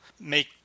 make